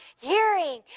hearing